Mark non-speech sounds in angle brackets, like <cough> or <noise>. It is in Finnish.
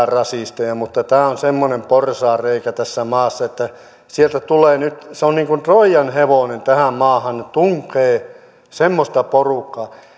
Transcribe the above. <unintelligible> rasisteja mutta tämä on semmoinen porsaanreikä tässä maassa että sieltä tunkee nyt se on niin kuin troijan hevonen tähän maahan semmoista porukkaa